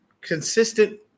consistent